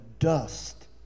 Dust